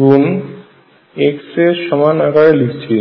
গুন x এর সমান আকারে লিখছি